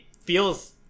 feels